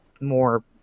more